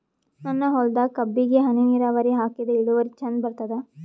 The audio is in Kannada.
ನನ್ನ ಹೊಲದಾಗ ಕಬ್ಬಿಗಿ ಹನಿ ನಿರಾವರಿಹಾಕಿದೆ ಇಳುವರಿ ಚಂದ ಬರತ್ತಾದ?